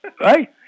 right